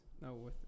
No